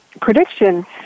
prediction